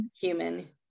human